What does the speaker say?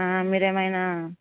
మీరు ఏమైనా